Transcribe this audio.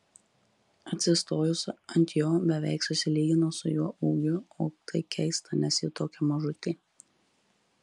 atsistojusi ant jo beveik susilygino su juo ūgiu o tai keista nes ji tokia mažutė